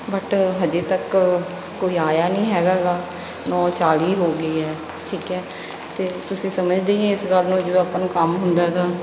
but ਹਜੇ ਤੱਕ ਕੋਈ ਆਇਆ ਨਹੀਂ ਹੈਗਾ ਗਾ ਨੌਂ ਚਾਲੀ ਹੋ ਗਏ ਹੈ ਠੀਕ ਹੈ ਅਤੇ ਤੁਸੀਂ ਸਮਝਦੇ ਹੀ ਇਸ ਗੱਲ ਨੂੰ ਜਦੋਂ ਆਪਾਂ ਨੂੰ ਕੰਮ ਹੁੰਦਾ ਗਾ